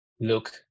look